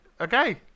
okay